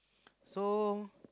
so